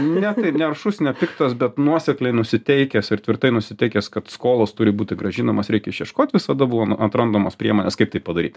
ne taip nearšus nepiktas bet nuosekliai nusiteikęs ir tvirtai nusiteikęs kad skolos turi būti grąžinamos reikia ieškot visada būna atrandamos priemonės kaip tai padaryt